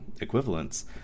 equivalents